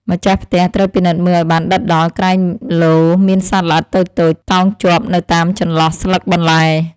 ម្ចាស់ផ្ទះត្រូវពិនិត្យមើលឱ្យបានដិតដល់ក្រែងលោមានសត្វល្អិតតូចៗតោងជាប់នៅតាមចន្លោះស្លឹកបន្លែ។